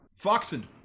Foxen